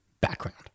background